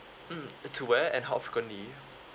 mm to where and how frequently